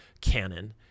canon